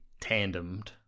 tandemed